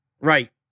Right